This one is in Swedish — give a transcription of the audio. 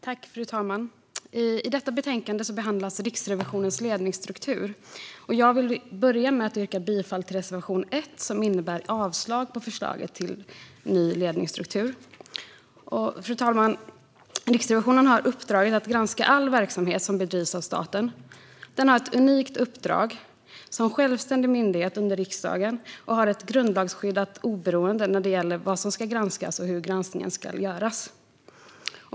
Fru talman! I detta betänkande behandlas Riksrevisionens ledningsstruktur. Jag vill börja med att yrka bifall till reservation 1, som innebär ett avslag på förslaget till ny ledningsstruktur. Fru talman! Riksrevisionen har uppdraget att granska all verksamhet som bedrivs av staten. Den har ett unikt uppdrag som självständig myndighet under riksdagen och har ett grundlagsskyddat oberoende när det gäller vad som ska granskas och hur granskningen ska göras.